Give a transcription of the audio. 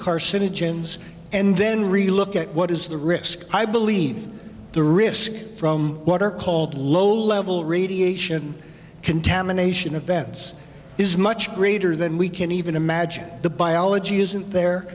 carcinogens and then really look at what is the risk i believe the risk from what are called low level radiation contamination events is much greater than we can even imagine the biology isn't there